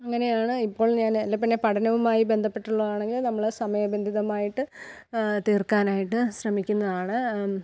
അങ്ങനെയാണ് ഇപ്പോൾ ഞാൻ അല്ല പിന്നെ പഠനവുമായി ബന്ധപ്പെട്ട് ഉള്ളതാണെങ്കിൽ നമ്മളെ സമയബന്ധിതമായിട്ട് തീർക്കാനായിട്ട് ശ്രമിക്കുന്നതാണ്